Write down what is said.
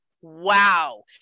wow